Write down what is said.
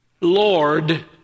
Lord